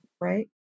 right